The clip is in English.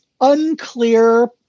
unclear